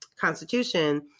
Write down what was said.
constitution